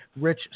rich